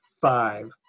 five